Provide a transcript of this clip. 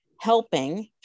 helping